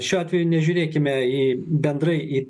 šiuo atveju nežiūrėkime į bendrai į